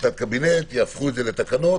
יהפכו את זה לתקנות.